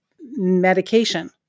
medication